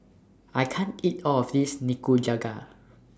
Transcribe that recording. I can't eat All of This Nikujaga